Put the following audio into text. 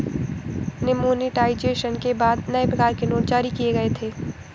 demonetisation के बाद नए प्रकार के नोट जारी किए गए थे